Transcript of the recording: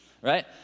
Right